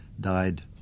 died